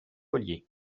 ollier